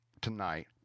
tonight